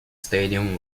stadium